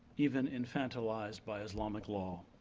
even infantilized by islamic law.